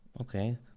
Okay